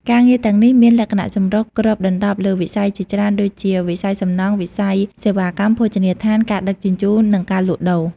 ការងារទាំងនេះមានលក្ខណៈ ចម្រុះ គ្របដណ្តប់លើវិស័យជាច្រើន ដូចជា វិស័យសំណង់ វិស័យសេវាកម្ម ភោជនីយដ្ឋាន ការដឹកជញ្ជូន និងការលក់ដូរ។